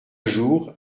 jour